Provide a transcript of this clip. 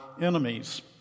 enemies